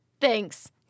Thanks